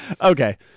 Okay